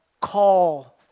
call